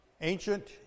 ancient